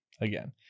again